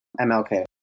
MLK